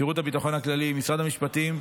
שירות הביטחון הכללי ומשרד המשפטים,